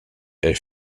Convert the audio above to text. est